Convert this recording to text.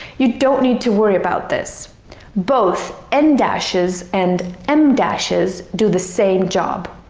you don't need to worry about this both en dashes and em dashes do the same job.